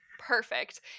Perfect